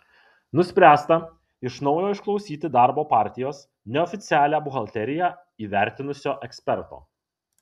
nuspręsta iš naujo išklausyti darbo partijos neoficialią buhalteriją įvertinusio eksperto